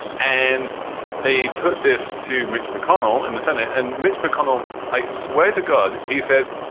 and they put this to mitch mcconnell in the senate and mitch mcconnell. i swear to god, he says,